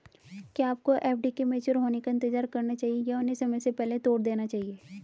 क्या आपको एफ.डी के मैच्योर होने का इंतज़ार करना चाहिए या उन्हें समय से पहले तोड़ देना चाहिए?